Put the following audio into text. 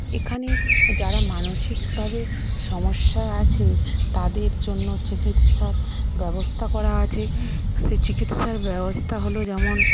এখানে যারা মানসিকভাবে সমস্যায় আছে তাদের জন্য চিকিৎসার ব্যবস্থা করা আছে সে চিকিৎসার ব্যবস্থা হলো যেমন